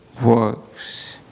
works